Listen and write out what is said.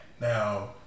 now